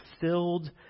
filled